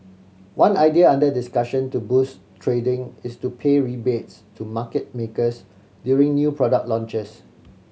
one idea under discussion to boost trading is to pay rebates to market makers during new product launches